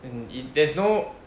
and if there's no